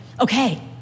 okay